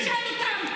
אתה תשאל אותם.